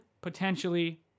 potentially